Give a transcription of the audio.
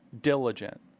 diligent